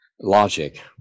logic